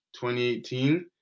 2018